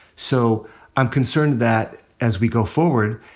so i'm concerned that as we go forward,